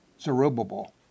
Zerubbabel